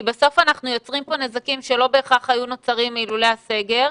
כי בסוף אנחנו יוצרים פה נזקים שלא בהכרח היו נוצרים אילולא הסגר.